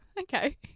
Okay